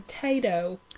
potato